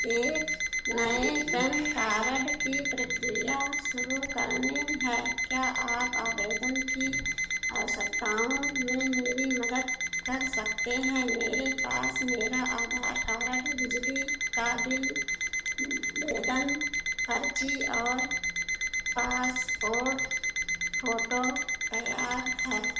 एक मैं PAN card की प्रक्रिया शुरू करनी है क्या आप आवेदन की आवश्यकताओं में मेरी मदद कर सकते हैं मेरे पास मेरा आधार कार्ड बिजली का बिल पर्ची और पासपोर्ट फ़ोटो तैयार है